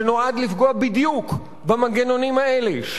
שנועד לפגוע בדיוק במנגנונים האלה,